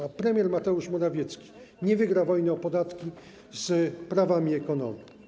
a premier Mateusz Morawiecki nie wygra wojny o podatki z prawami ekonomii.